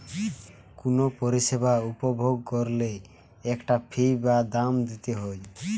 কুনো পরিষেবা উপভোগ কোরলে একটা ফী বা দাম দিতে হই